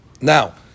Now